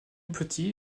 petit